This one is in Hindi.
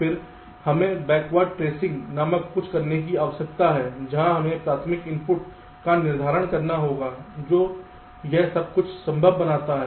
फिर हमें बैकवर्ड ट्रेसिंग नामक कुछ करने की आवश्यकता है जहां हमें प्राथमिक इनपुट का निर्धारण करना होगा जो यह सब कुछ संभव बनाता है